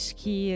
que